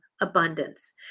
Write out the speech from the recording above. abundance